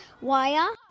wire